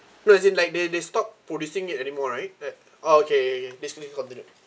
no as in like they they stopped producing it anymore right uh oh okay okay okay they still continue